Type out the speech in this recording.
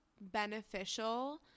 beneficial